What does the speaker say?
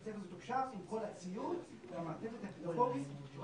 בית ספר מתוקשב עם כל הציוד והמעטפת הפדגוגית יכול